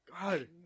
God